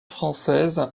française